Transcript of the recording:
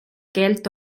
keelt